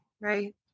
Right